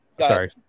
Sorry